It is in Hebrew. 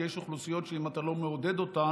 כי יש אוכלוסיות שאם אתה לא מעודד אותן